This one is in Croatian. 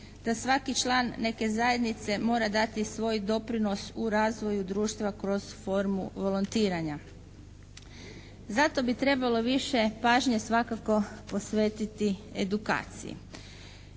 Da svaki član neke zajednice mora dati svoj doprinos u razvoju društva kroz formu volontiranja. Zato bi trebalo više pažnje svakako posvetiti edukaciji.